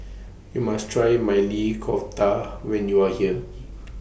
YOU must Try Maili Kofta when YOU Are here